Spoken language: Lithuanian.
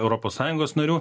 europos sąjungos narių